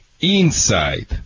inside